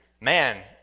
man